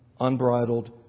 unbridled